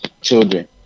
children